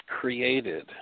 created